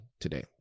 today